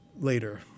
later